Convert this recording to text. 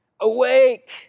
Awake